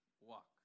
walk